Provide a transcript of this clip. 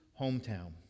hometown